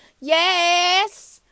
Yes